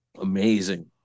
Amazing